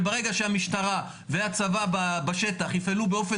ברגע שהמשטרה והצבא בשטח יפעלו באופן